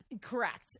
correct